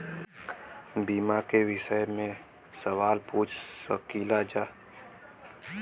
बीमा के विषय मे सवाल पूछ सकीलाजा?